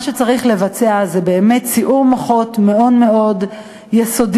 מה שצריך לבצע זה באמת סיעור מוחות מאוד מאוד יסודי,